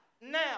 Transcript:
now